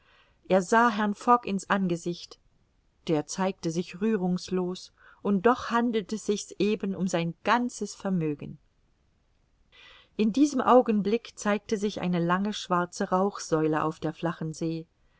er sah herrn fogg in's angesicht der zeigte sich rührungslos und doch handelte sich's eben um sein ganzes vermögen in diesem augenblick zeigte sich eine lange schwarze rauchsäule auf der flachen see